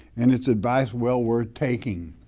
and it's advice well worth taking.